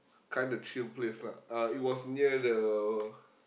kind of chill place lah uh it was near the